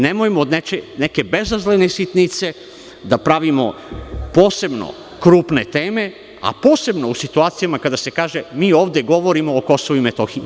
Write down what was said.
Nemojmo od neke bezazlene sitnice da pravimo posebno krupne teme, a posebno u situacijama kada se kaže – mi ovde govorimo o Kosovu i Metohiji.